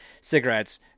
cigarettes